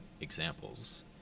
examples